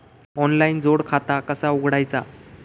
Online जोड खाता कसा उघडायचा?